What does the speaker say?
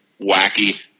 wacky